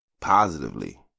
positively